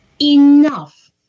enough